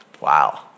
Wow